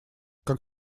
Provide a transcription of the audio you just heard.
как